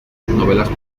novelas